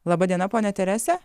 laba diena ponia terese